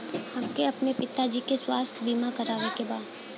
हमके अपने पिता जी के स्वास्थ्य बीमा करवावे के बा?